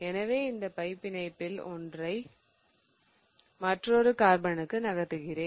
எனவே இந்த பை பிணைப்புகளில் ஒன்றை மற்றொரு கார்பனுக்கு நகர்த்துறேன்